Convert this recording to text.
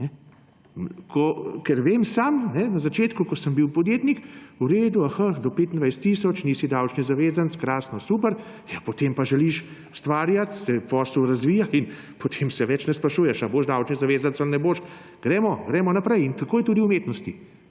Ker vem sam. Na začetku, ko sem bil podjetnik – v redu, aha, do 25 tisoč nisi davčni zavezanec, krasno, super. Ja, potem pa želiš ustvarjati, se posel razvija in potem se več ne sprašuješ, ali boš davčni zavezanec ali ne boš, gremo naprej. In tako je tudi v umetnosti,